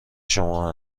شما